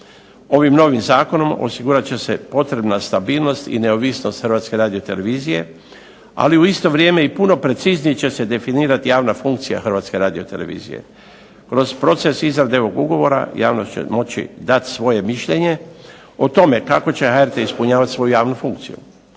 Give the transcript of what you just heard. Ovim novim zakonom osigurat će se potrebna stabilnost i neovisnost HRT-a, ali u isto vrijeme i puno preciznije će se definirati javna funkcija HRT-a. Kroz proces izrade ovog ugovora javnost će moći dati svoje mišljenje o tome kako će HRT ispunjavati svoju javnu funkciju.